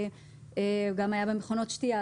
גם היה במכונות שתייה,